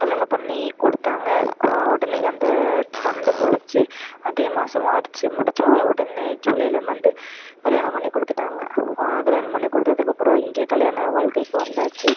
கல்யாணம் பண்ணி கொடுத்தாங்க உடனே அந்த பன்னெண்டு முடித்து அதே மாதம் மார்ச் முடித்தோம் உடனே ஜூலையில் வந்து கல்யாணம் பண்ணி கொடுத்துட்டாங்க கல்யாணம் பண்ணி கொடுத்துக்கப்பறம் இங்கே கல்யாண வாழ்க்கைக்கு வந்தாச்சு